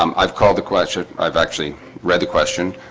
um i've called the question. i've actually read the question.